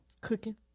Cooking